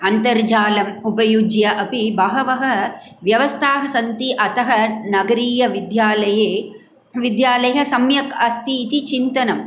अन्तर्जालम् उपयुज्य अपि बहवः व्यवस्थाः सन्ति अतः नगरीयविद्यालये विद्यालयः सम्यक् अस्ति इति चिन्तनं